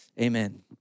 amen